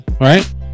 right